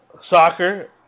soccer